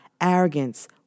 arrogance